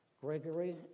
Gregory